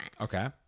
Okay